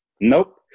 Nope